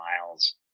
miles